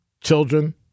children